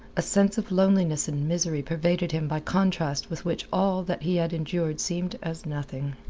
a sense of loneliness and misery pervaded him by contrast with which all that he had endured seemed as nothing.